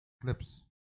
clips